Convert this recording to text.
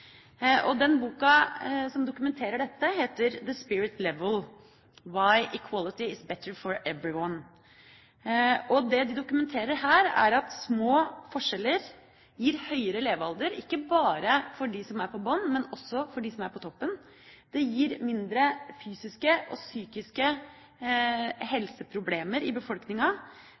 Den boka som dokumenterer dette, heter «The Spirit Level: Why Equality is Better for Everyone». Det som dokumenteres her, er at små forskjeller gir høyere levealder – ikke bare for dem som er på bånn, men også for dem som er på toppen. Det gir mindre fysiske og psykiske helseproblemer i befolkninga,